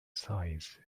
size